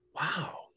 wow